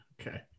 Okay